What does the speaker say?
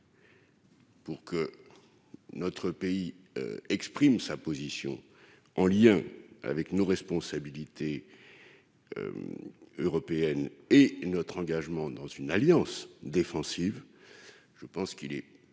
pour que notre pays exprime sa position en lien avec nos responsabilités européennes et notre engagement dans une alliance défensive, je considère qu'il est préférable